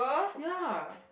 ya